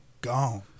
gone